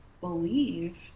believe